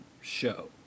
show